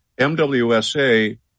MWSA